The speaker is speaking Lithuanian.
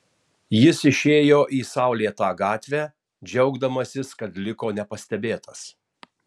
jis išėjo į saulėtą gatvę džiaugdamasis kad liko nepastebėtas